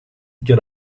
get